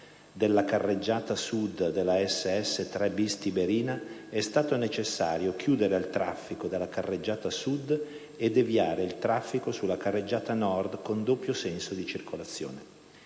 della carreggiata sud della SS 3 *bis* Tiberina, è stato necessario chiudere al traffico della carreggiata sud e deviare il traffico sulla carreggiata nord con doppio senso di circolazione.